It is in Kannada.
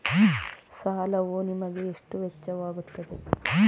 ಸಾಲವು ನಿಮಗೆ ಎಷ್ಟು ವೆಚ್ಚವಾಗುತ್ತದೆ?